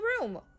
room